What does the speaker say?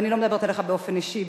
ואני לא מדברת עליך באופן אישי,